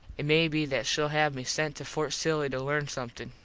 it may be that shell have me sent to fort silly to learn somethin.